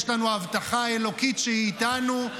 יש לנו הבטחה אלוקית שהיא איתנו,